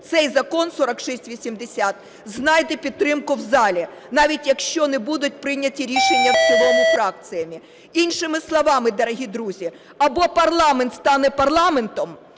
цей Закон 4680 знайде підтримку в залі, навіть якщо не будуть прийняті рішення в цілому фракціями. Іншими словами, дорогі друзі, або парламент стане парламентом,